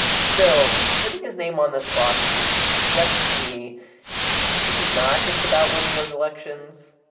still, putting his name on this lawsuit suggests to me that this was not just about winning those elections,